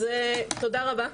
אז תודה רבה.